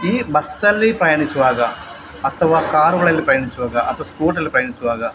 ಈ ಬಸ್ಸಲ್ಲಿ ಪ್ರಯಾಣಿಸುವಾಗ ಅಥವಾ ಕಾರುಗಳಲ್ಲಿ ಪ್ರಯಾಣಿಸುವಾಗ ಅಥವಾ ಸ್ಕೂಟರಲ್ಲಿ ಪ್ರಯಾಣಿಸುವಾಗ